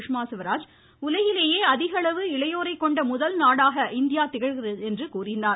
சுஷ்மாஸ்வராஜ் உலகிலேயே அதிகளவு இளையோரை கொண்ட முதல் நாடாக இந்தியா திகழ்கிறது என்றார்